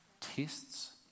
tests